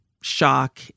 shock